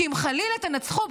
כי אם חלילה תנצחו,